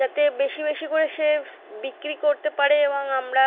যাতে বেশি বেশি করে সে স বিক্রি করতে পারে এবং আমরা